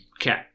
Okay